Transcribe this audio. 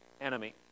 enemy